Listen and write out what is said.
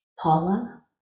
Paula